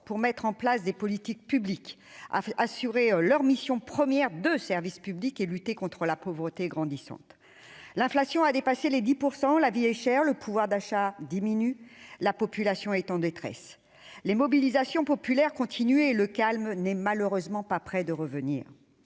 pour mettre en place des politiques publiques, pour exercer leur mission première de service public et pour lutter contre la pauvreté grandissante. L'inflation a dépassé les 10 %. La vie est chère, le pouvoir d'achat diminue, la population est en détresse. Les mobilisations populaires continuent, et le calme n'est malheureusement pas près de revenir.